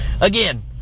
Again